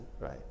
right